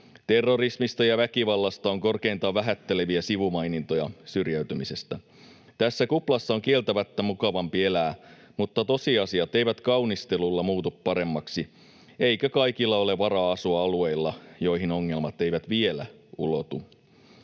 Terrorismista ja väkivallasta on korkeintaan vähätteleviä sivumainintoja koskien syrjäytymistä. Tässä kuplassa on kieltämättä mukavampi elää, mutta tosiasiat eivät kaunistelulla muutu paremmaksi, eikä kaikilla ole varaa asua alueilla, joille ongelmat eivät vielä ulotu.